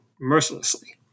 mercilessly